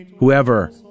Whoever